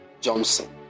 Johnson